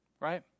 right